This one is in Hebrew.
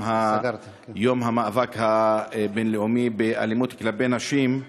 את יום המאבק הבין-לאומי באלימות כלפי נשים.